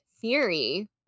theory